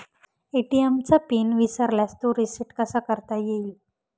ATM चा PIN विसरल्यास तो रिसेट कसा करता येईल?